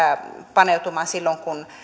paneutumaan silloin kun